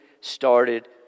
started